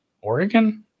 Oregon